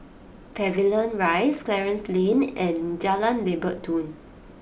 Pavilion Rise Clarence Lane and Jalan Lebat Daun